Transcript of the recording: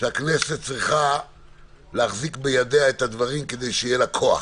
שהכנסת צריכה להחזיק בידיה את הדברים כדי שיהיה לה כוח.